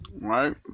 Right